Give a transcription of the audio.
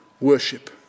worship